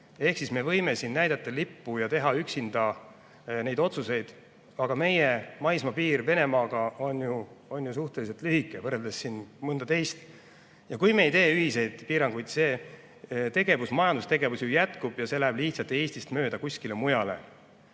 Ehk siis me võime siin näidata lippu ja teha üksinda neid otsuseid, aga meie maismaapiir Venemaaga on ju suhteliselt lühike, kui võrrelda mõne teise maaga. Ja kui me ei tee ühiseid piiranguid, siis see majandustegevus ju jätkub, aga see läheb lihtsalt Eestist mööda kuskile mujale.